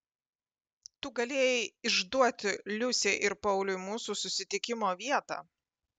tu galėjai išduoti liusei ir pauliui mūsų susitikimo vietą